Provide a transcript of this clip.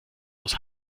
aus